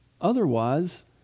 Otherwise